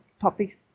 topics